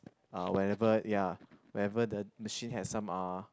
uh whenever ya whenever the machine has some uh